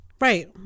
Right